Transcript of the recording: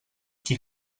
qui